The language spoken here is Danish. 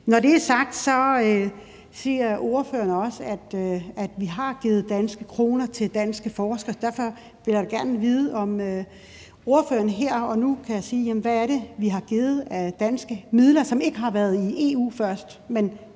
Når det er sagt, siger ordføreren også, at vi har givet danske kroner til danske forskere. Og derfor vil jeg da gerne vide, om ordføreren her og nu kan sige, hvad det er, vi har givet af danske midler, som ikke først har været i EU, men